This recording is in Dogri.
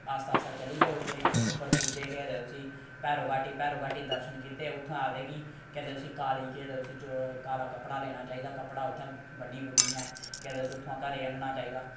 आस्ता आस्ता चली पे उप्परै गी उप्पर पुज्जे केह् आखदे उसी भैरो घाटी भैरो घाटी दर्शन कीते उत्थोआं आखदे कि केह् आखदे उसी काली केह् आखदे उसी चो काला कपड़ा लेना चाहिदा कपड़ा उत्थैं बन्नी बुन्नियै केह् आखदे उसी उत्थोआं घरै आह्नना चाहिदा